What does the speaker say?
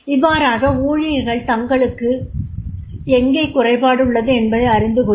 இவ்வாறாக ஊழியர்கள் தங்களுக்கு எங்கே குறைபாடுள்ளது என்பதை அறிந்துகொள்வர்